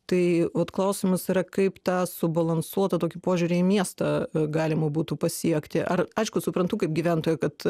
tai vat klausimas yra kaip tą subalansuotą tokį požiūrį į miestą galima būtų pasiekti ar aišku suprantu kaip gyventoja kad